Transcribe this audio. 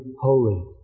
holy